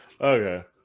Okay